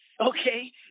okay